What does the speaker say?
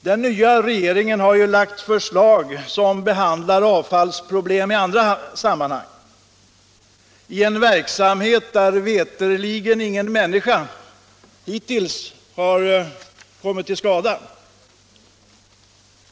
Den nya regeringen har lagt ett förslag som behandlar avfallsproblem i andra sammanhang, en verksamhet där ingen människa veterligt hittills har kommit till skada.